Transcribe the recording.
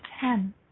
ten